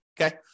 okay